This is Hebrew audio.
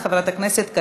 הודעה למזכירת הכנסת.